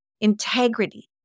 integrity